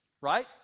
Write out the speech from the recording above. right